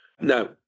now